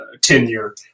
tenure